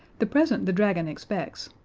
the present the dragon expects,